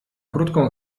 krótką